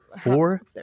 four